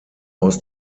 aus